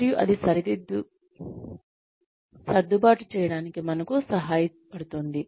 మరియు అది సర్దుబాటు చేయడానికి మనకు సహాయపడుతుంది